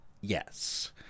yes